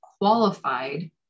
qualified